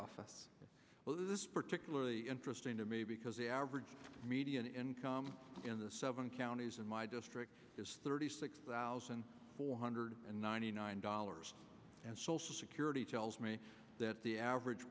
this particularly interesting to me because the average median income in the seven counties in my district is thirty six thousand four hundred and ninety nine dollars and social secure he tells me that the average